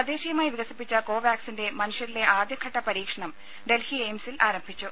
തദ്ദേശീയമായി വികസിപ്പിച്ച കോവാക്സിന്റെ മനുഷ്യരിലെ ആദ്യ ഘട്ട പരീക്ഷണം ഡൽഹി എയിംസിൽ ആരംഭിച്ചു